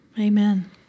Amen